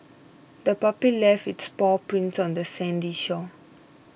the puppy left its paw prints on the sandy shore